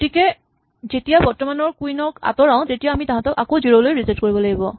গতিকে যেতিয়া বৰ্তমানৰ কুইন ক আঁতৰাও তেতিয়া আমি তাঁহাতক আকৌ জিৰ' লৈ ৰিছেট কৰিব লাগিব